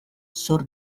zor